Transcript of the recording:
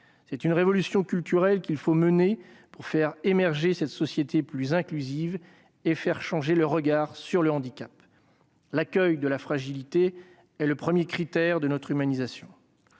C'est une révolution culturelle qu'il faut mener pour faire émerger cette société plus inclusive et faire changer le regard sur le handicap. L'accueil de la fragilité est le premier critère de notre humanisation.